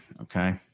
okay